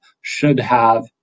should-have